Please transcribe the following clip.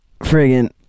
friggin